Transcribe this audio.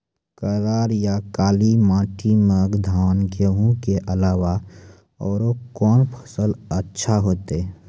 करार या काली माटी म धान, गेहूँ के अलावा औरो कोन फसल अचछा होतै?